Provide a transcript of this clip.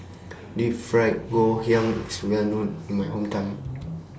Deep Fried Ngoh Hiang IS Well known in My Hometown